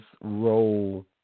role